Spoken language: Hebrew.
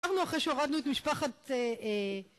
אמרנו אחרי שהורדנו את משפחת אה...